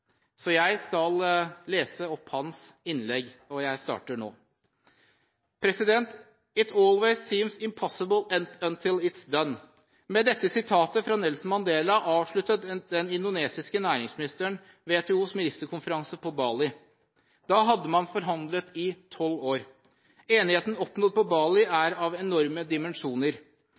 så jeg skal lese opp hans innlegg, og jeg starter nå: «It always seems impossible until it’s done.» – Med dette sitatet fra Nelson Mandela avsluttet den indonesiske næringsministeren WTOs ministerkonferanse på Bali. Da hadde man forhandlet i 12 år. Enigheten som ble oppnådd på Bali, er av enorme dimensjoner.